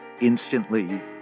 instantly